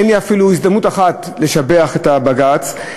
אין לי אפילו הזדמנות אחת לשבח את בג"ץ,